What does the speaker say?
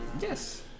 Yes